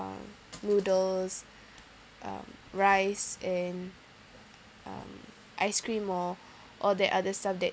uh noodles um rice and um ice cream or or that other stuff that